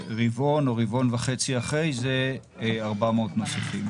ורבעון או רבעון וחצי אחרי זה, 400 נוספים.